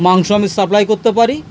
মাংস আমিষ সাপ্লাই করতে পারি